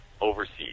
overseas